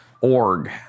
Org